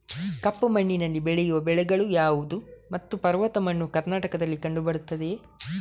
ಕಪ್ಪು ಮಣ್ಣಿನಲ್ಲಿ ಬೆಳೆಯುವ ಬೆಳೆಗಳು ಯಾವುದು ಮತ್ತು ಪರ್ವತ ಮಣ್ಣು ಕರ್ನಾಟಕದಲ್ಲಿ ಕಂಡುಬರುತ್ತದೆಯೇ?